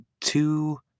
two